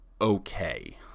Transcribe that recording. okay